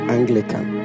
Anglican